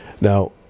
Now